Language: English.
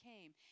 came